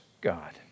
God